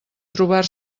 trobar